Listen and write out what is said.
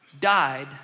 died